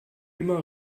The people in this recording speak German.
immer